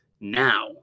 now